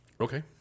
Okay